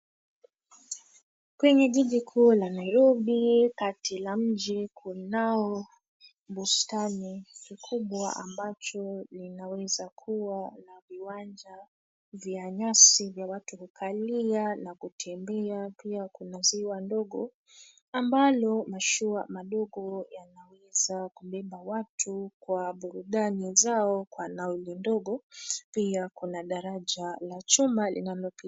Kwenye jiji kuu la Nairobi kati la mji kunao bustani kikubwa ambacho linaweza kuwa la viwanja vya nyasi vya watu kukalia na kutembea. Pia kuna ziwa ndogo ambalo mashua madogo yanaweza kubeba watu kwa burudani zao kwa nauli ndogo. Pia kuna daraja la chuma linalopitia....